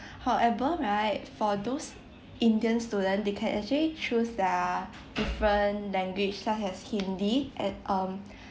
however right for those indian student they can actually choose their different language such as hindi at um